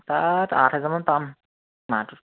তাত আঠ হোজাৰমান পাম মাহটোত